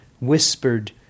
whispered